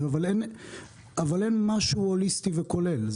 אבל אין משהו הוליסטי וכולל,